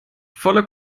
volle